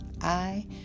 I